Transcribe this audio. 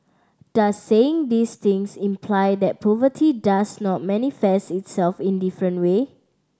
does saying these things imply that poverty does not manifest itself in different way